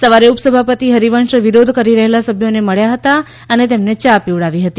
સવારે ઉપસભાપતિ હરિવંશ વિરોધ કરી રહેલા સભ્યોને મળ્યા હતા અને તેમને યા પીવડાવી હતી